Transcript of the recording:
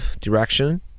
direction